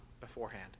beforehand